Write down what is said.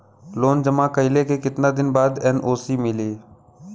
Loan जमा कइले के कितना दिन बाद एन.ओ.सी मिली?